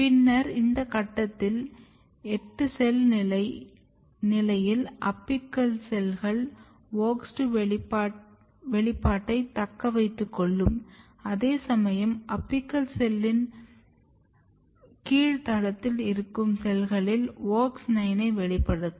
பின்னர் இந்த கட்டத்தில் 8 செல் நிலையில் அபிக்கல் செல்கள் WOX2 வெளிப்பாட்டைத் தக்கவைத்துக்கொள்ளும் அதேசமயம் அபிக்கல் செல்லின் கீழ்த்தளத்தில் இருக்கும் செல்களில் WOX 9 ஐ வெளிப்படுத்தும்